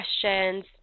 questions